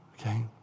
Okay